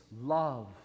love